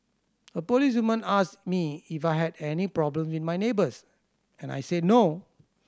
a policewoman asked me if I had any problem with my neighbours and I said no